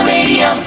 Radio